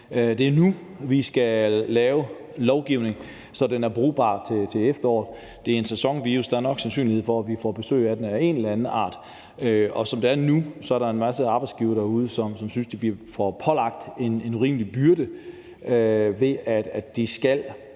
Det er nu, vi skal lave lovgivning, så den er brugbar til efteråret. Det er en sæsonvirus. Der er nok sandsynlighed for, at vi får besøg af den i en eller anden art, og som det er nu, er der en masse arbejdsgivere derude, som synes, at de bliver pålagt en urimelig byrde, ved at de skal